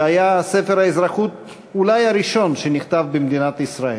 שהיה אולי ספר האזרחות הראשון שנכתב במדינת ישראל.